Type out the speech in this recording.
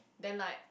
then like